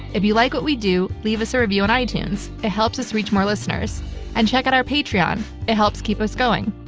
if you like what we do, leave us a review on itunes. it helps us reach more listeners and check out our patreon, it helps keep us going.